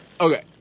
okay